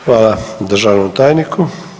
Hvala državnom tajniku.